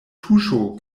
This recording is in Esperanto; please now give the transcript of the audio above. tuŝu